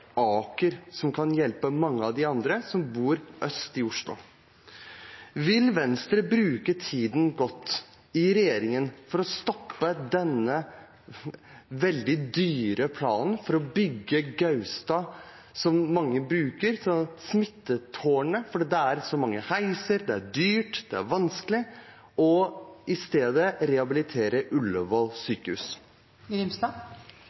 Aker, som kan hjelpe mange av de andre som bor øst i Oslo. Vil Venstre bruke tiden godt i regjering for å stoppe denne veldig dyre planen for å bygge Gaustad, som mange skal bruke, med smittetårn med mange heiser, det er dyrt, det er vanskelig – og i stedet rehabilitere